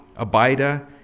Abida